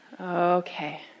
Okay